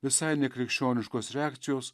visai nekrikščioniškos reakcijos